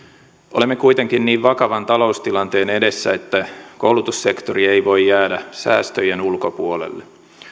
olemme kuitenkin niin vakavan taloustilanteen edessä että koulutussektori ei voi jäädä säästöjen ulkopuolelle